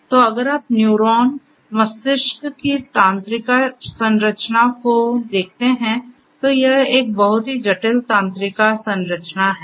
तो अगर आप न्यूरॉन मस्तिष्क की तंत्रिका संरचना को देखते हैं तो यह एक बहुत ही जटिल तंत्रिका संरचना है